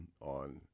on